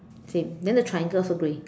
same then the triangle also grey